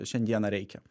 šiandieną reikia